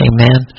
Amen